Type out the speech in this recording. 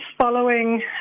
following